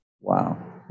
Wow